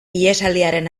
ihesaldiaren